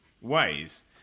ways